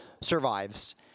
survives